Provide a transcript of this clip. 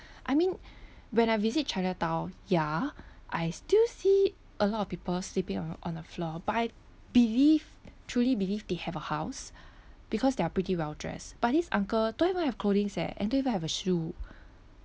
I mean when I visit chinatown ya I still see a lot of people sleeping on on the floor but I believe truly believe they have a house because they're pretty well dressed but this uncle don't even have clothings eh and don't even have a shoe